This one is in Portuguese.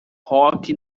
rock